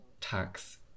tax